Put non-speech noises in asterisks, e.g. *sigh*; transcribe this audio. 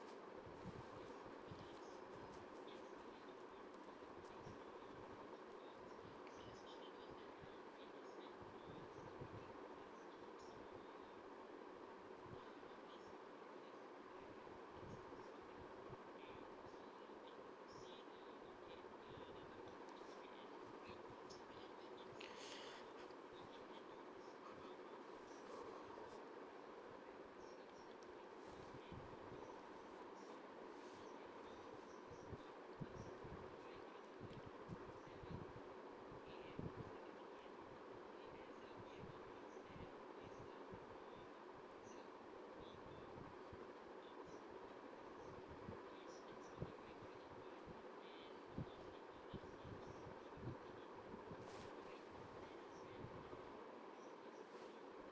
*breath*